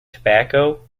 tobacco